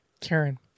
Karen